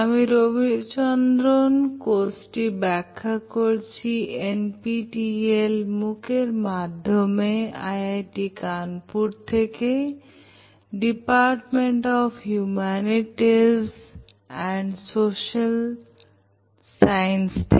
আমি রবিচন্দ্রন কোর্স ব্যাখ্যা করছি NPTEL MOOC মাধ্যমে IIT Kanpur department of humanities and social science থেকে